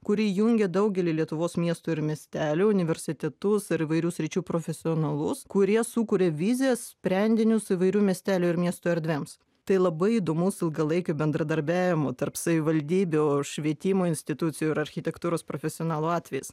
kuri jungia daugelį lietuvos miestų ir miestelių universitetus ar įvairių sričių profesionalus kurie sukuria vizijas sprendinius įvairių miestelių ir miestų erdvėms tai labai įdomus ilgalaikio bendradarbiavimo tarp savivaldybių švietimo institucijų ir architektūros profesionalų atvejis